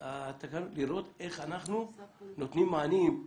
התקנות כדי לראות איך אנחנו נותנים מענים.